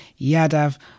yadav